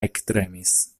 ektremis